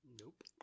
Nope